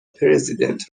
پرزیدنت